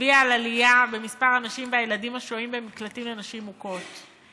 הצביע על עלייה במספר הנשים והילדים השוהים במקלטים לנשים מוכות.